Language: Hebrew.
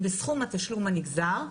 בסכום התשלום הנגזר,